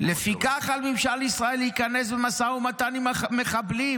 לפיכך על ממשל ישראל להיכנס במשא ומתן עם המחבלים"